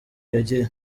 yagiye